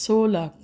स लाख